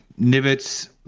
Nivets